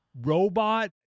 robot